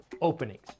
openings